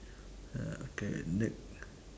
uh okay ne~